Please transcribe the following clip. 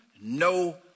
no